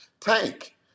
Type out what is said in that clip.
Tank